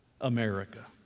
America